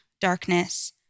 darkness